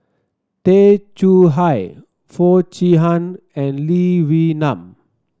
Tay Chong Hai Foo Chee Han and Lee Wee Nam